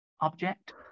object